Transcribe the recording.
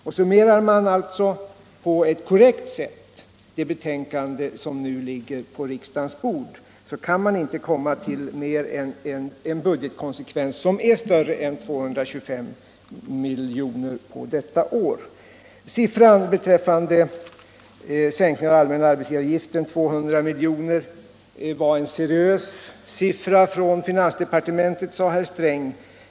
Om man på ett korrekt sätt summerar det betänkande som nu ligger på riksdagens bord kan man inte komma fram till en budgetkonsekvens som är större än 225 milj.kr. under detta år. Herr Sträng sade att de 200 miljonerna för sänkningen av den allmänna arbetsgivaravgiften var en seriös siffra från finansdepartementet.